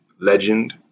legend